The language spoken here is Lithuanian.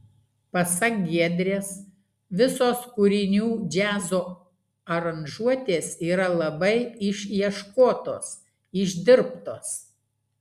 pasak giedrės visos kūrinių džiazo aranžuotės yra labai išieškotos išdirbtos